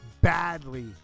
badly